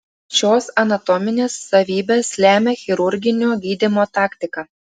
šios anatominės savybės lemia chirurginio gydymo taktiką